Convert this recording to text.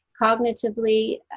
Cognitively